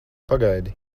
pagaidi